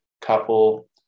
couple